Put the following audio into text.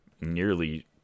nearly